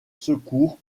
secours